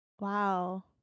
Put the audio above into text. Wow